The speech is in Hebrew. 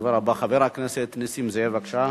הדובר הבא, חבר הכנסת נסים זאב, בבקשה.